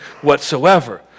whatsoever